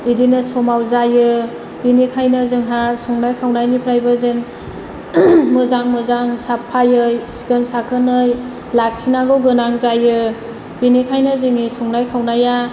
बिदिनो समाव जायो बेनिखायनो जोंहा संनाय खावनायनिफ्रायबो जेन मोजां मोजां साफायै सिखोन साखोनै लाखिनांगौ गोनां जायो बेनिखायो जोंनि संनाय खावनाया